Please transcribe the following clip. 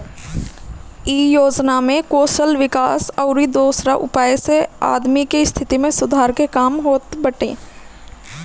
इ योजना में कौशल विकास अउरी दोसरा उपाय से आदमी के स्थिति में सुधार के काम होत बाटे